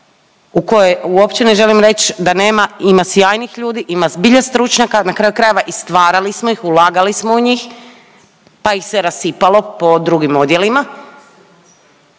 u koje uopće ne želim reći da nema, ima sjajnih ljudi, ima zbilja stručnjaka na kraju krajeva i stvarali smo ih, ulagali smo u njih pa ih se rasipalo po drugim odjelima,